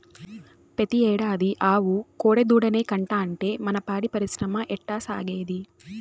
పెతీ ఏడాది ఆవు కోడెదూడనే కంటాంటే మన పాడి పరిశ్రమ ఎట్టాసాగేది